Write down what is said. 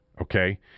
Okay